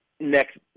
next